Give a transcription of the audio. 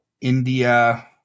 India